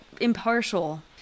impartial